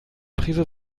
prise